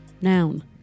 noun